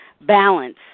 balance